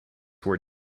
were